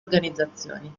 organizzazioni